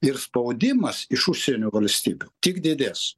ir spaudimas iš užsienio valstybių tik didės